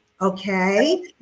Okay